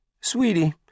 Sweetie